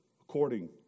according